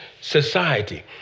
Society